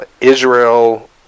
Israel